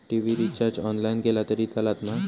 TV recharge online केला तरी चलात मा?